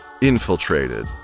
infiltrated